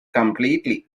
completely